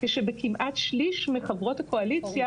כשבכמעט שליש מחברות הקואליציה,